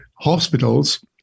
hospitals